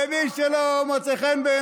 וכפי שאמר מי שאמר: (אומר בערבית ומתרגם:) מי שזה לא מוצא חן בעיניו,